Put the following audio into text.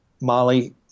Molly